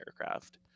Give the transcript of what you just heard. aircraft